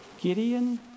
Gideon